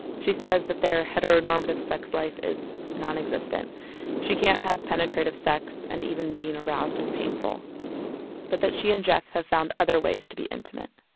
she says their heteronormative sex life is non-existen she can't have penetraive sex and even being aroused is painful but that she and jeff have found other ways to be intimate